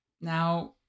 Now